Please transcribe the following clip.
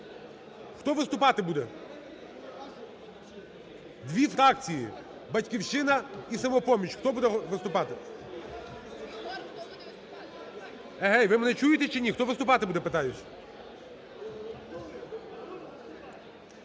Хто виступати буде? Дві фракції "Батьківщина" і "Самопоміч". Хто буде виступати? Гей, ви мене чуєте чи ні? хто виступати буде, питаюсь?